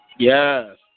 Yes